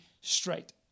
straight